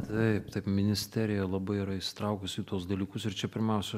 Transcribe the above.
taip taip ministerija labai yra įsitraukusi į tuos dalykus ir čia pirmiausia